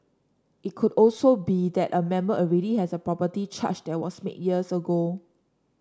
it could also be that a member already has a property charge that was made years ago